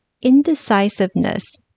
indecisiveness